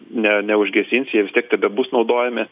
ne neužgesinsi jie vis tiek tebebus naudojami